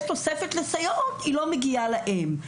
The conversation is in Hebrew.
תוספת לסייעות אז היא לא מגיעה אליהם.